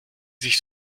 sich